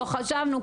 לא חשבנו,